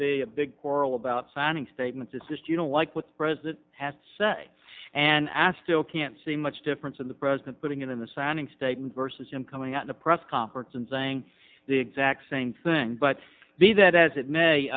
be a big quarrel about signing statements it's just you don't like what the president has to say and asto can't see much difference in the president putting it in the signing statement versus him coming out in a press conference and saying the exact same thing but the that as it may